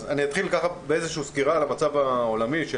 אתחיל באיזו סקירה על המצב העולמי של